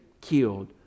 killed